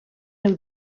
nhw